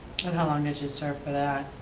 how long did you serve for that?